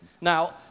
Now